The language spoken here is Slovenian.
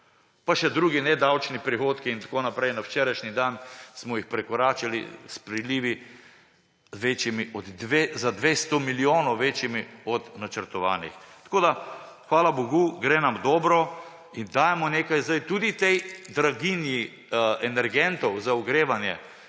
Pa še drugi nedavčni prihodki in tako naprej. Na včerajšnji dan smo jih prekoračili s prilivi, za 200 milijonov večjimi od načrtovanih. Tako da, hvala bogu, gre nam dobro in dajmo nekaj zdaj tudi tej draginji energentov za ogrevanje,